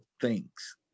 thanks